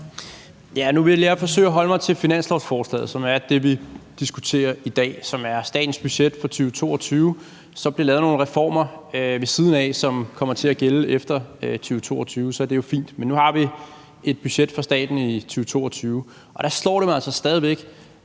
Nu vil jeg forsøge at holde mig til finanslovsforslaget, som er det, vi diskuterer i dag, og som er statens budget for 2022. Hvis der så bliver lavet nogle reformer ved siden af, som kommer til at gælde efter 2022, er det jo fint, men nu har vi et budget for staten for 2022, og dér er der altså stadig væk